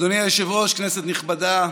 אדוני היושב-ראש, כנסת נכבדה,